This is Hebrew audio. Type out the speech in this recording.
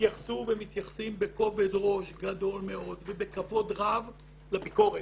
התייחסו ומתייחסים בכובד ראש גדול ובכבוד רב לביקורת.